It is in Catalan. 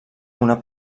una